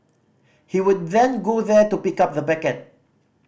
he would then go there to pick up the packet